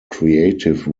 creative